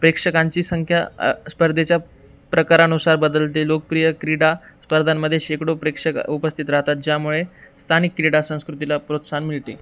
प्रेक्षकांची संख्या स्पर्धेच्या प्रकारानुसार बदलते लोकप्रिय क्रीडा स्पर्धांमध्ये शेकडो प्रेक्षक उपस्थित राहतात ज्यामुळे स्थानिक क्रीडा संस्कृतीला प्रोत्साहन मिळते